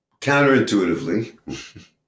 counterintuitively